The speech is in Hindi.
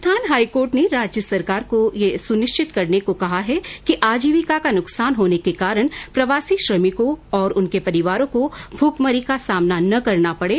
राजस्थान हाईकोर्ट ने राज्य सरकार को यह सुनिश्चित करने को कहा है कि आजीविका का नुकसान होने के कारण प्रवासी श्रमिकों और उनके परिवारों को भुखमरी का सामना न करना पड़े